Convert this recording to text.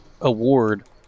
award